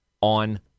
on